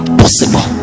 possible